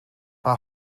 mae